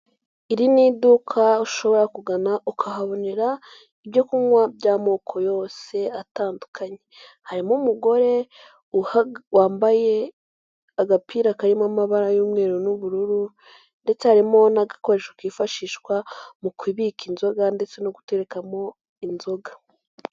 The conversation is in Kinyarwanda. Iri ni iduka ushobora kugana ukahabonera ibyo kunywa by'amoko yose atandukanye, harimo umugore wambaye agapira karimo amabara y'umweru n'ubururu ndetse haririmo n'agakoresho kifashishwa mu kubika inzoga ndetse no guterekamo inzoga.